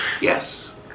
Yes